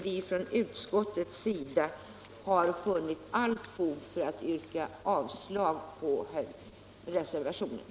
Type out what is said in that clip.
Vi inom utskottsmajoriteten har funnit allt fog för att yrka avslag på reservationen.